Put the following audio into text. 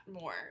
more